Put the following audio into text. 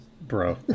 Bro